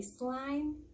baseline